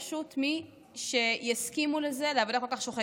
פשוט אין מי שיסכימו לזה, לעבודה כל כך שוחקת.